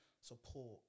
support